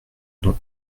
dont